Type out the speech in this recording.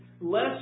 less